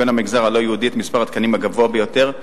המגזר הלא-יהודי את מספר התקנים הגבוה ביותר,